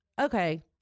okay